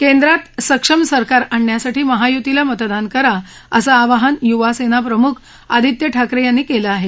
केंद्रात सक्षम सरकार आणण्यासाठी महायुतीला मतदान करा असं आवाहन युवासेना प्रमुख आदित्य ठाकरे यांनी केलं आहे